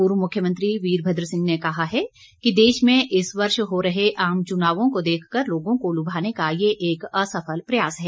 पूर्व मुख्यमंत्री वीरभद्र सिंह ने कहा है कि देश में इस वर्ष हो रहे आम चुनावों को देखकर लोगों को लुभाने का ये एक असफल प्रयास है